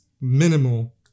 minimal